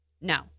No